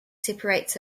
separates